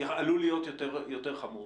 עלול להיות יותר חמור.